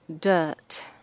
dirt